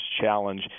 challenge